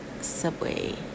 Subway